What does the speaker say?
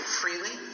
freely